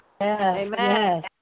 Amen